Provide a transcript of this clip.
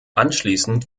anschließend